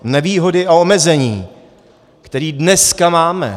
Nevýhody a omezení, které dneska máme.